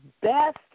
best